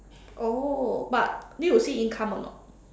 oh but need to see income or not